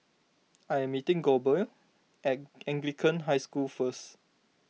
I am meeting Goebel at Anglican High School first